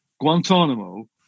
Guantanamo